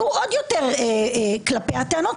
יהיו עוד טענות כלפיהם,